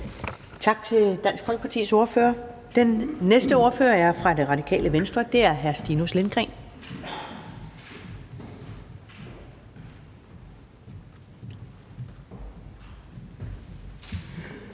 Tak til Dansk Folkepartis ordfører. Den næste ordfører er fra Det Radikale Venstre. Det er hr. Stinus Lindgreen.